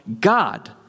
God